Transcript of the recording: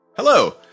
Hello